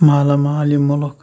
مالا مال یہِ ملک